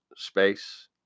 Space